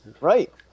Right